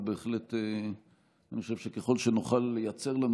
ובהחלט אני חושב שככל שנוכל לייצר לנו